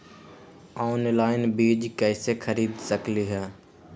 Online बीज कईसे खरीद सकली ह?